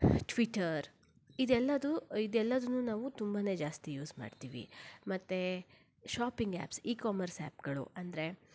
Twitter ಇದೆಲ್ಲವು ಇದೆಲ್ಲವನ್ನೂ ನಾವು ತುಂಬ ಜಾಸ್ತಿ ಯೂಸ್ ಮಾಡ್ತೀವಿ ಮತ್ತು ಶಾಪಿಂಗ್ ಆ್ಯಪ್ಸ್ ಇ ಕಾಮರ್ಸ್ ಆ್ಯಪ್ಗಳು ಅಂದರೆ